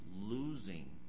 losing